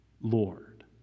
Lord